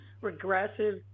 regressive